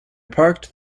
parked